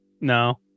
No